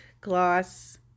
gloss